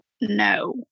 No